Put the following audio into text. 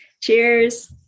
Cheers